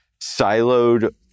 siloed